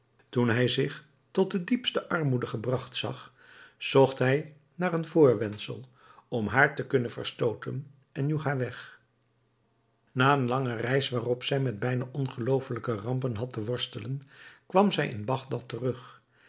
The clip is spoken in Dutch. toen hij zich tot de diepste armoede gebragt zag zocht hij naar een voorwendsel om haar te kunnen verstooten en joeg haar weg na eene lange reis waarop zij met bijna ongeloofelijke rampen had te worstelen kwam zij in bagdad terug